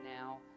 now